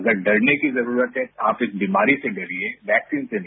अगर डरने की जरूरत है आप इस बीमारी से डरिए वैक्सीन से नहीं